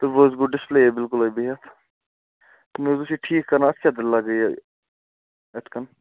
تہٕ وۅنۍ حظ گوٚو ڈِسپُلے بِلکُلٕے بِہِتھ مےٚ حظ اوس یہِ ٹھیٖک کَران اَتھ کیٛاہ دٔلیٖلاہ گٔے یہِ یِتھٕ کٔنۍ